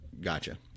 Gotcha